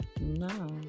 No